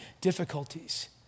difficulties